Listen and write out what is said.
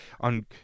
on